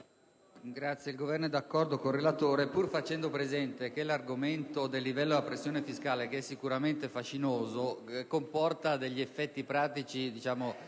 il Governo è d'accordo con la proposta del relatore, pur facendo presente che l'argomento del livello della pressione fiscale, sicuramente fascinoso, comporta effetti pratici